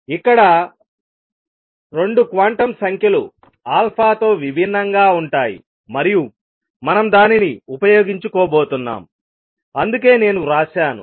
ఇక్కడ 2 క్వాంటం సంఖ్యలు తో విభిన్నంగా ఉంటాయి మరియు మనం దానిని ఉపయోగించుకోబోతున్నాం అందుకే నేను వ్రాసాను